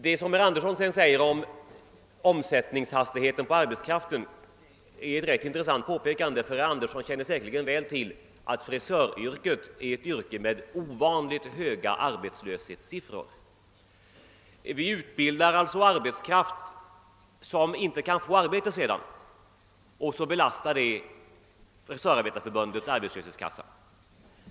Vad herr Andersson anför om omsättningshastigheten på arbetskraften är rätt intressant, eftersom herr Andersson väl känner till att frisöryrket är ett yrke med ovanligt höga arbetslöshetssiffror. Vi utbildar alltså en arbetskraft som sedan inte kan få arbete. Detta belastar Frisörarbetarförbundets arbetslöshetskassa.